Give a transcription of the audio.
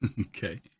Okay